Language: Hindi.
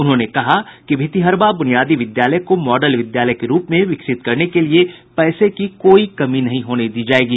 उन्होंने कहा कि भितिहरवा बुनियादी विद्यालय को मॉडल विद्यालय के रूप में विकसित करने के लिए पैसे की कोई कमी नहीं होने दी जायेगी